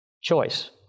choice